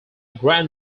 grand